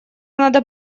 надо